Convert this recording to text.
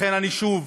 לכן, אני שוב